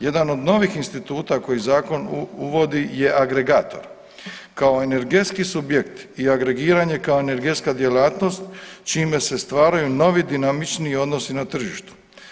Jedan od novih instituta koji zakon uvodi je agregator kao energetski subjekt i agregiranje kao energetska djelatnost čime se stvaraju novi dinamičniji odnosi na tržištu.